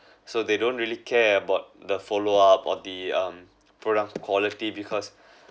so they don't really care about the follow-up or the um product quality because